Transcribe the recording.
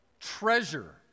treasure